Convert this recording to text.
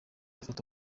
afata